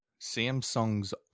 Samsung's